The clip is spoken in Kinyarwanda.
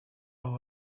aho